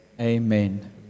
Amen